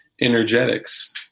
energetics